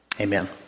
Amen